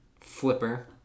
Flipper